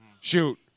Shoot